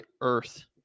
Earth